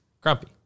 grumpy